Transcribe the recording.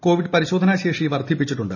Covid പരിശോധനാ ശേഷി വർദ്ധിപ്പിച്ചിട്ടുണ്ട്